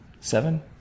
Seven